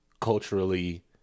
culturally